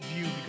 view